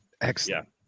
excellent